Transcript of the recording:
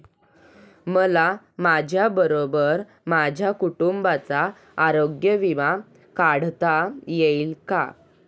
मला माझ्याबरोबर माझ्या कुटुंबाचा आरोग्य विमा काढता येईल का?